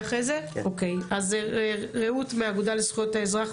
אוקיי, אז רעות מהאגודה לזכויות האזרח.